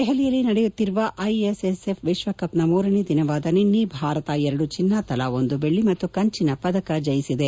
ದೆಹಲಿಯಲ್ಲಿ ನಡೆಯುತ್ತಿರುವ I S S F ವಿಶ್ವ ಕಪ್ ನ ಮೂರನೇ ದಿನವಾದ ನಿನ್ನೆ ಭಾರತ ಎರಡು ಚಿನ್ನ ತಲಾ ಒಂದು ಬೆಳ್ಳಿ ಮತ್ತು ಕಂಚಿನ ಪದಕ ಜಯಿಸಿದೆ